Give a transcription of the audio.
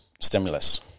stimulus